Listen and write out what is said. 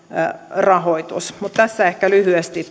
rahoitus tässä ehkä lyhyesti